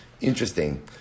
Interesting